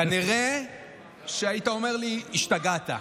כנראה שהיית אומר לי: השתגעת.